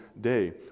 day